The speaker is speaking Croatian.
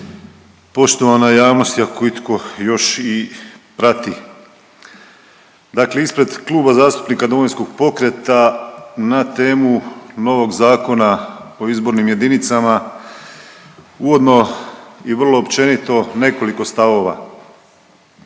poštovana javnosti ako itko još i prati, dakle ispred Kluba zastupnika Domovinskog pokreta na temu novog Zakona o izbornim jedinicama uvodno i vrlo općenito nekoliko stavova